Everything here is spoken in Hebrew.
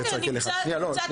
צריך לקחת